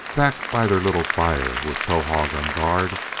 back by their little fire, with towahg on guard,